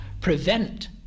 prevent